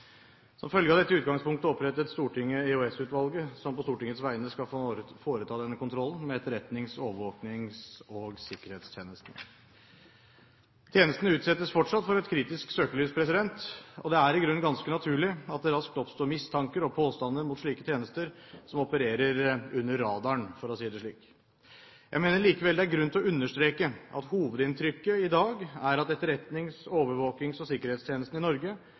Som følge av dette utgangspunktet opprettet Stortinget EOS-utvalget, som på Stortingets vegne skal foreta kontroll med etterretnings, overvåkings- og sikkerhetstjenesten. Tjenesten utsettes fortsatt for et kritisk søkelys, og det er i grunnen ganske naturlig at det da oppstår mistanker mot og påstander om slike tjenester som opererer «under radaren», for å si det slik. Jeg mener likevel det er grunn til å understreke at hovedinntrykket i dag er at etterretnings-, overvåkings- og sikkerhetstjenesten i Norge